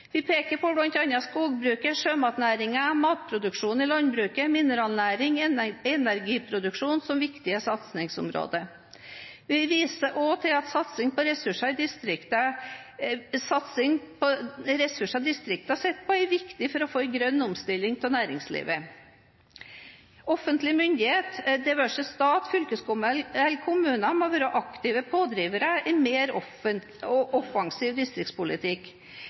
Vi peker på bl.a. skogbruket, sjømatnæringen, matproduksjonen i landbruket, mineralnæringen og energiproduksjonen som viktige satsingsområder. Vi viser også til at satsing på ressursene som distriktene sitter på, er viktig for å få en grønn omstilling av næringslivet. Offentlige myndigheter – det være seg stat, fylkeskommuner eller kommuner – må være aktive pådrivere for en mer offensiv distriktspolitikk.